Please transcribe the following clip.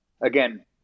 again